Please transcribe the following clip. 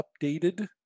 updated